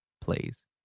please